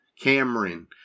Cameron